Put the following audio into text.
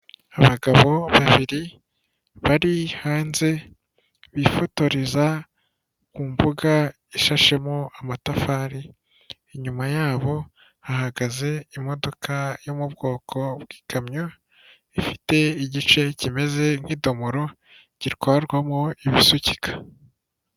Abagabo babiri bari hanze bifotoreza ku mbuga ishashemo amatafari, inyuma yabo hahagaze imodoka yo mu bwoko bw'ikamyo, ifite igice kimeze nk'idomoro gitwarwamo ibisukika.